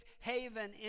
haven